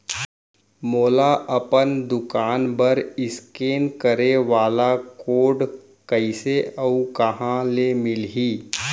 मोला अपन दुकान बर इसकेन करे वाले कोड कइसे अऊ कहाँ ले मिलही?